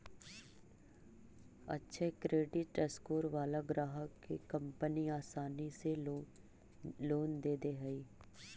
अक्षय credit score वाला ग्राहक के कंपनी आसानी से लोन दे दे हइ